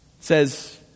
says